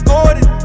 Gordon